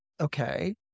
Okay